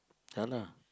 ya lah